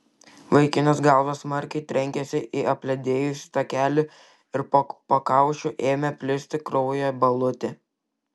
vaikinas galva smarkiai trenkėsi į apledėjusį takelį ir po pakaušiu ėmė plisti kraujo balutė